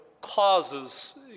causes